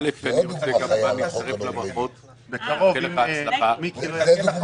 לעשות סדר זו לא מילה